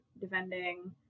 defending